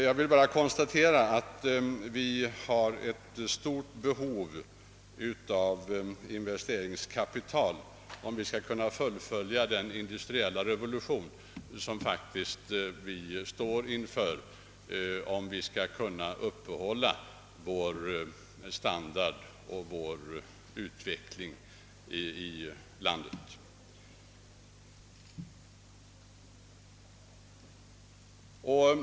Jag vill konstatera att vi har ett stort behov av investeringskapital för att kunna fullfölja den industriella re volution som faktiskt är ofrånkomlig, om vi i framtiden skall kunna uppehålla vår standard och allmänna utveckling i landet.